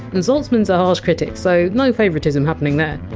and zaltzmans are harsh critics, so no favouritism happening there.